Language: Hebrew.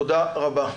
תודה רבה.